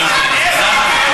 36 מתנגדים.